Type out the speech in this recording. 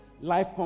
Life